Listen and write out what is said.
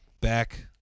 back